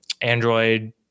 Android